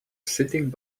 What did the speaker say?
sitting